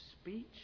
speech